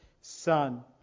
son